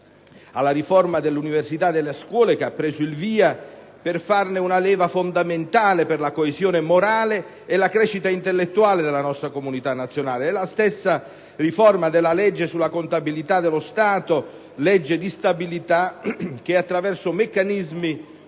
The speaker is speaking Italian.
alla riforma dell'università e delle scuole, che ha ormai preso il via per essere una leva fondamentale per la coesione morale e la crescita intellettuale della nostra comunità nazionale. A questo si aggiunge la stessa riforma della legge sulla contabilità dello Stato (legge di stabilità), che, attraverso meccanismi